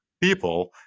people